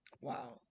Wow